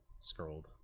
Scrolled